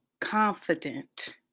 confident